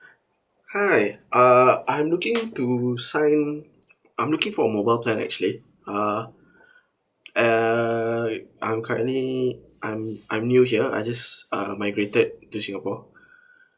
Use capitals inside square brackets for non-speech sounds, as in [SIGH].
[BREATH] hi uh I'm looking to sign I'm looking for a mobile plan actually uh [BREATH] err I'm currently I'm I'm new here I just uh migrated to singapore [BREATH]